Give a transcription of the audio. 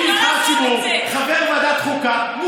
אני נבחר ציבור, חבר ועדת חוקה.